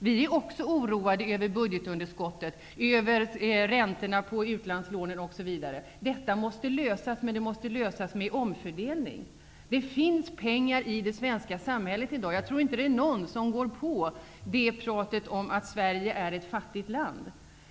Vi är också oroade över budgetunderskottet, över räntorna på utlandslånen osv. Detta problem måste lösas. Men det måste lösas med hjälp av omfördelning. Det finns pengar i det svenska samhället. Jag tror inte att någon går på pratet om att Sverige är ett fattigt land.